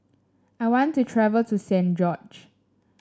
I want to travel to Saint George